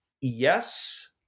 yes